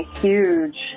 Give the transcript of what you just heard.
huge